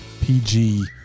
PG